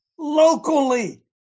locally